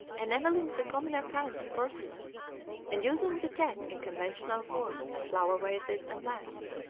enamelling the commoner kinds of porcelain and using the cat in conventional forms as flower-vases and lamps.